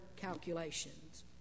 calculations